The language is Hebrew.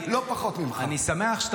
אני שמח --- כולנו רוצים להחזיר אותם.